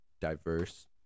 diverse